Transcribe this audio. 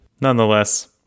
Nonetheless